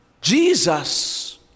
Jesus